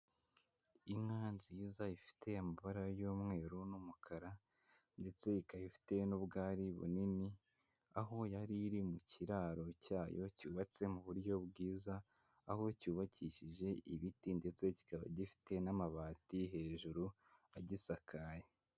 Inka nziza ifite amabara y'umweru n'umukara ndetse ikaba ifite n'ubwari bunini, aho yari iri mu kiraro cyayo cyubatse mu buryo bwiza, aho cyubakishije ibiti ndetse kikaba gifite n'amabati hejuru agisakaye.